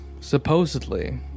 supposedly